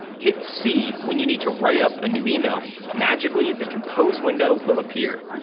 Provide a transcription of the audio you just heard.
hit c when you need to write up a new email. magically, the compose window will appear.